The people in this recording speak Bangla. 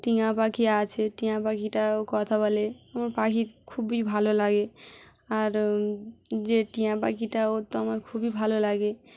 টিয়া পাখি আছে টিয়া পাখিটাও কথা বলে আমার পাখি খুবই ভালো লাগে আর যে টিঁয়া পাখিটা ওর তো আমার খুবই ভালো লাগে